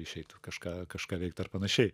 išeit kažką kažką veikt ar panašiai